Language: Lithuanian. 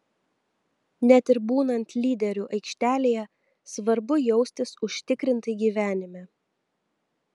net ir būnant lyderiu aikštelėje svarbu jaustis užtikrintai gyvenime